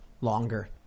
longer